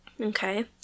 Okay